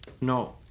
No